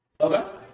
Okay